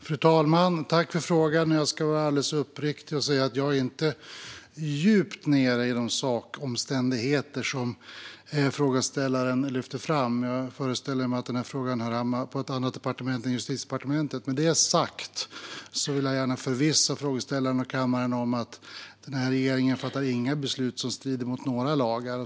Fru talman! Tack, Rebecka Le Moine, för frågan! Jag ska vara alldeles uppriktig och säga att jag inte är djupt insatt i de sakomständigheter som frågeställaren lyfter fram. Jag föreställer mig att denna fråga hör hemma på ett annat departement än Justitiedepartementet. Med detta sagt vill jag gärna förvissa frågeställaren och kammaren om att den här regeringen inte fattar några beslut som strider mot lagar.